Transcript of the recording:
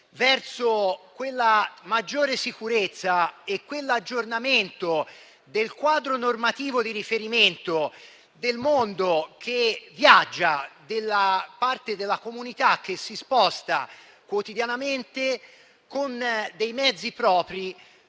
verso una maggiore sicurezza e un aggiornamento del quadro normativo di riferimento del mondo che viaggia, della parte della comunità che si sposta quotidianamente con mezzi propri